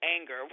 anger